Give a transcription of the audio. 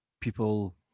people